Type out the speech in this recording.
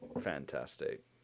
fantastic